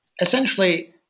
essentially